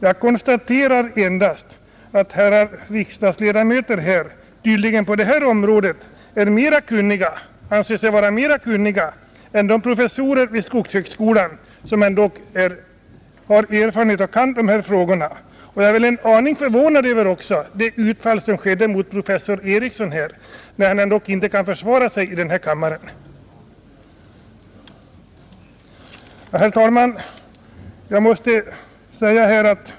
Jag konstaterar endast att herrar riksdagsledamöter tydligen anser sig vara mera kunniga på det här området än professorerna vid skogshögskolan, som ändå kan de här frågorna. Jag är också en aning förvånad över det utfall som gjordes mot professor Ericson, som ju inte kan försvara sig i den här kammaren, Herr talman!